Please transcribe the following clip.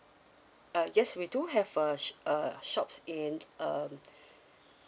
uh yes we do have a uh shops in um